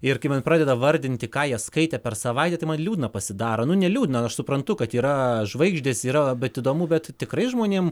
ir kai man pradeda vardinti ką jie skaitė per savaitę tai man liūdna pasidaro nu neliūdna aš suprantu kad yra žvaigždės yra bet įdomu bet tikrai žmonėm